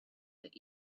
that